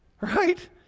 Right